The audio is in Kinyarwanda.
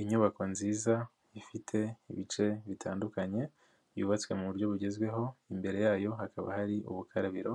Inyubako nziza ifite ibice bitandukanye, byubatswe mu buryo bugezweho, imbere yayo hakaba hari ubukarabiro,